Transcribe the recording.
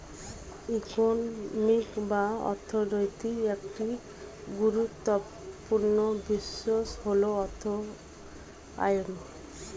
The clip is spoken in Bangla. ইকোনমিক্স বা অর্থনীতির একটি গুরুত্বপূর্ণ বিষয় হল অর্থায়ন